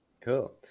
Cool